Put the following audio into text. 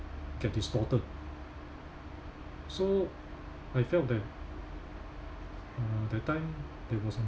get distorted so I felt that uh that time there was a